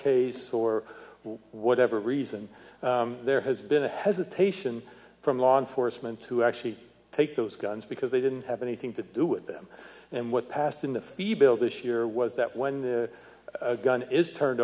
case or whatever reason there has been a hesitation from law enforcement to actually take those guns because they didn't have anything to do with them and what passed in the thebe this year was that when the gun is turned